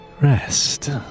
Rest